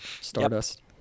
stardust